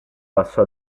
basso